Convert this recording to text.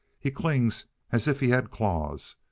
he clings as if he had claws.